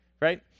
right